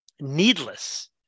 needless